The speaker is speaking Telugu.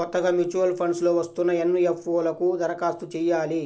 కొత్తగా మూచ్యువల్ ఫండ్స్ లో వస్తున్న ఎన్.ఎఫ్.ఓ లకు దరఖాస్తు చెయ్యాలి